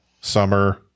summer